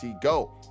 Go